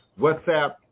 whatsapp